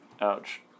Ouch